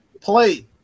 play